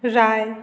राय